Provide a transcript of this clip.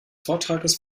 vortrages